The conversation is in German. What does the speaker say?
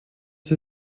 sie